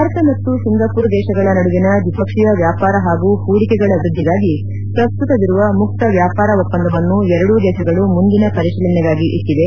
ಭಾರತ ಮತ್ತ ಸಿಂಗಾಪೂರ್ ದೇಶಗಳ ನಡುವಿನ ದ್ವಿಪಕ್ಷೀಯ ವ್ಯಾಪಾರ ಹಾಗೂ ಹೂಡಿಕೆಗಳ ವೃದ್ಧಿಗಾಗಿ ಶ್ರಸ್ತುತವಿರುವ ಮುಕ್ತ ವ್ಲಾಪಾರ ಒಪ್ಪಂದವನ್ನು ಎರಡೂ ದೇಶಗಳು ಮುಂದಿನ ಪರಿಶೀಲನೆಗಾಗಿ ಇಟ್ಷವೆ